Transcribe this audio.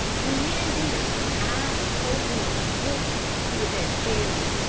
when men do that i, for one, will cease to be a vegetarian.